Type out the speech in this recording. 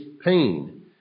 pain